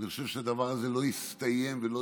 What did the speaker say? ואני חושב שהדבר הזה לא יסתיים ולא